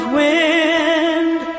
wind